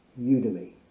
Udemy